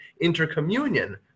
intercommunion